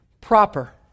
proper